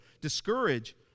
discourage